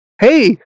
Hey